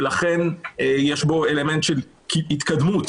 ולכן יש בו אלמנט של התקדמות,